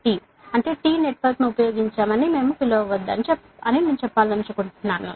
T T నెట్వర్క్ను ఉపయోగించమని మనము పిలవవద్దు అని నేను చెప్పాలనుకుంటున్నాను